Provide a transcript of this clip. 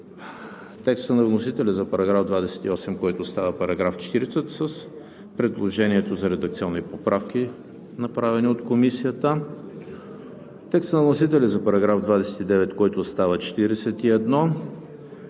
текста на вносителя за § 28, който става § 40 с предложението за редакционни поправки, направени от Комисията; текста на вносителя за § 29, който става §